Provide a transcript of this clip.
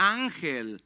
ángel